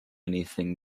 anything